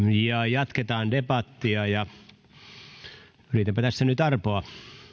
jatketaan debattia ja yritänpä tässä nyt arpoa